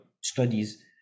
studies